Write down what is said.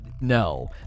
no